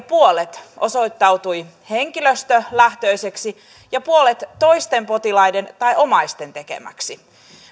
puolet osoittautui henkilöstölähtöiseksi ja puolet toisten potilaiden tai omaisten tekemäksi